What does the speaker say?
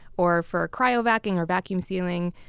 or for cryovacing or vacuum sealing,